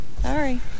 Sorry